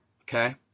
okay